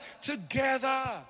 together